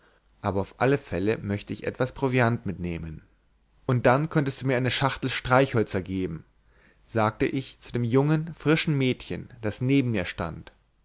aber auf alle fälle möchte ich etwas proviant mitnehmen und dann könntest du mir eine schachtel streichhölzer geben sagte ich zu dem jungen frischen mädchen das neben mir stand